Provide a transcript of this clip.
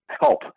help